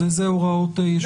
אז באילו הוראות יש סתירה?